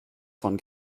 von